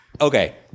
Okay